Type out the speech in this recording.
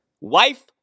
wife